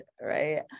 right